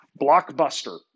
Blockbuster